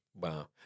Wow